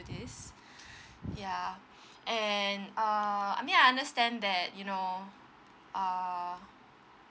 this ya and err I mean I understand that you know err